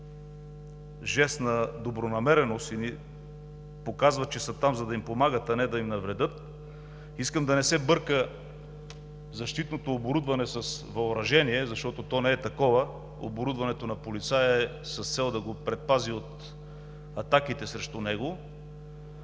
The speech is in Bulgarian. жест на добронамереност и ни показват, че са там, за да им помагат, а не да им навредят. Искам да не се бърка защитното оборудване с въоръжение, защото то не е такова – оборудването на полицая е с цел да го предпази от атаките срещу него.